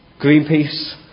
Greenpeace